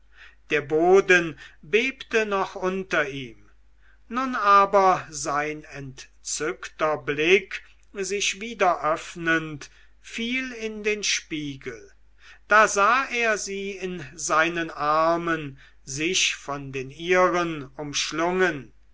der boden bebte noch unter ihm nun aber sein entzückter blick sich wieder öffnend fiel in den spiegel da sah er sie in seinen armen sich von den ihren umschlungen